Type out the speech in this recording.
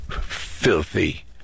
filthy